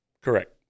correct